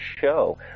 show